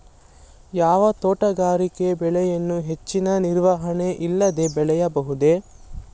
ಯಾವ ತೋಟಗಾರಿಕೆ ಬೆಳೆಯನ್ನು ಹೆಚ್ಚಿನ ನಿರ್ವಹಣೆ ಇಲ್ಲದೆ ಬೆಳೆಯಬಹುದು?